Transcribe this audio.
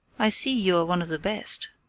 i see you are one of the best!